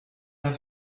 have